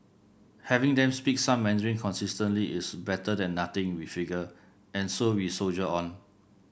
having them speak some Mandarin consistently is better than nothing we figure and so we soldier on